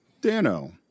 Dano